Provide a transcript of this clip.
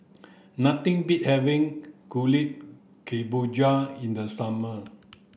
nothing beat having kuih kemboja in the summer